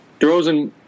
DeRozan